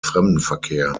fremdenverkehr